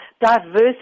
diversity